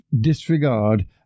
disregard